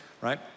right